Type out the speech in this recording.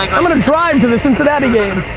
i'm gonna drive to the cincinnati game.